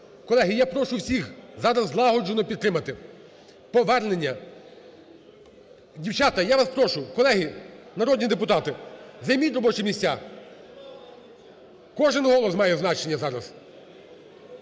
Колеги, я прошу всіх зараз злагоджено підтримати повернення… Дівчата, я вас прошу. Колеги народні депутати, займіть робочі місця. Кожен голос має значення зараз.